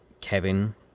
Kevin